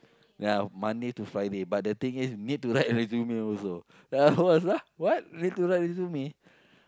ya Monday to Friday but the thing is we need to write resume also then I was what need to write resume